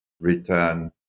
return